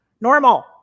normal